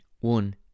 One